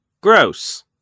Gross